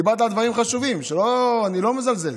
דיברת על דברים חשובים, אני לא מזלזל,